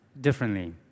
differently